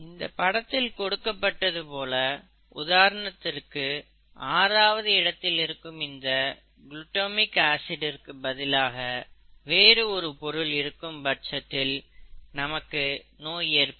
இந்த படத்தில் கொடுக்க பட்டது போல உதாரணத்திற்கு ஆறாவது இடத்தில் இருக்கும் இந்த குளுட்டமிக் ஆசிடிர்க்கு பதிலாக வேறு ஒரு பொருள் இருக்கும் பட்சத்தில் நமக்கு நோய் ஏற்படும்